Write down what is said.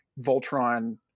Voltron